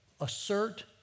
assert